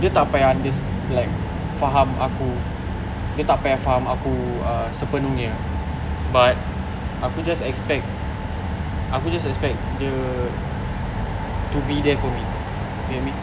dia tak payah unde~ like faham aku dia tak payah aku ah sepenuhnya but aku just expect aku just expect dia to be there for me get me